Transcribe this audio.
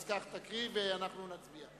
אז כך תקריא, ואנחנו נצביע.